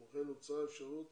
כמו כן הוצעה האפשרות